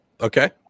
Okay